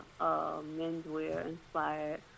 menswear-inspired